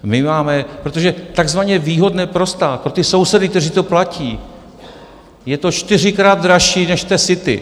My máme, protože takzvaně výhodné pro stát, pro ty sousedy, kteří to platí, je to čtyřikrát dražší než v té City!